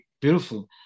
beautiful